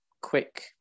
quick